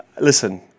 Listen